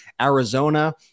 Arizona